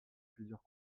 plusieurs